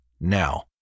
now